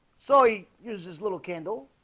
so he uses his little kindle